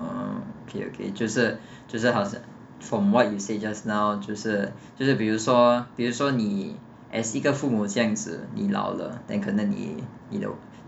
uh okay okay 就是就是好像 from what you said just now 就是就是比如说比如说你 as 一个父母这样子你老了 then 可能你你的